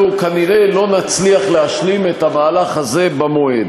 אנחנו כנראה לא נצליח להשלים את המהלך הזה במועד.